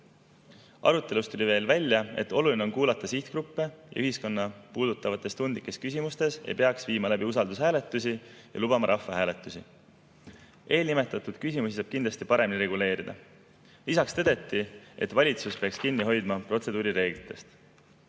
Arutelust tuli veel välja, et oluline on kuulata sihtgruppe, ühiskonda puudutavate tundlike küsimuste korral ei peaks läbi viima usaldushääletusi ja lubada tuleks rahvahääletusi. Eelnimetatud küsimusi saab kindlasti paremini reguleerida. Lisaks tõdeti, et valitsus peaks kinni hoidma protseduurireeglitest.